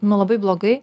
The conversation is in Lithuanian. nu labai blogai